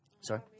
Sorry